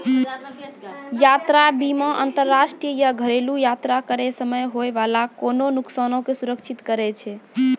यात्रा बीमा अंतरराष्ट्रीय या घरेलु यात्रा करै समय होय बाला कोनो नुकसानो के सुरक्षित करै छै